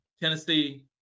Tennessee